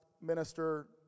minister